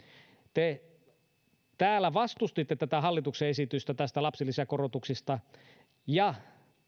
te täällä vastustitte tätä hallituksen esitystä lapsilisäkorotuksista ja